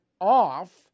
off